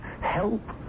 help